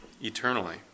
eternally